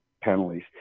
penalties